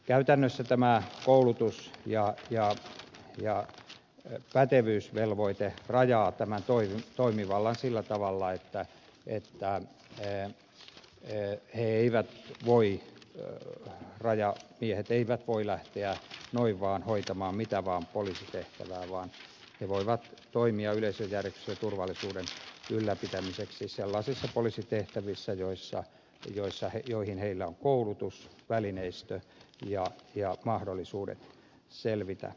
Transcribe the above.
käytännössä tämä koulutus ja pätevyysvelvoite rajaa tämän toimivallan sillä tavalla että etsitään tyttöä ja he eivät voi jo nyt raja rajamiehet eivät voi noin vaan lähteä mitä vaan poliisitehtävää suorittamaan vaan he voivat toimia yleisen järjestyksen ja turvallisuuden ylläpitämiseksi sellaisissa poliisitehtävissä joihin heillä on koulutus ja välineistö ja joista heillä on mahdollisuudet selvitä